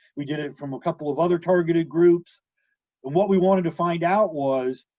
we did it from a couple of other targeted groups, and what we wanted to find out was,